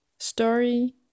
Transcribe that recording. Story